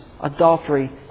adultery